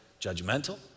judgmental